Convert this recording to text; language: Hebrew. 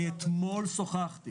אתמול שוחחתי